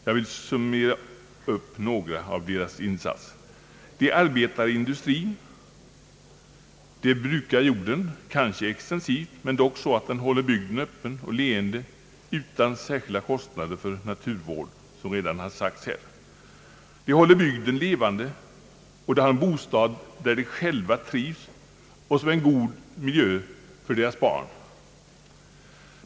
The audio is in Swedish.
Jag vill summera några: de arbetar i industrin, de brukar jorden — kanske extensivt men dock så att bygden hålls öppen och leende utan särskilda kostnader för naturvård, såsom redan sagts här — de håller bygden levande och har en bostad där de själva trivs och som är en god miljö för deras barn.